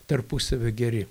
tarpusavio geri